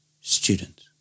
Student